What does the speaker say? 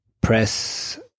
press